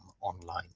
online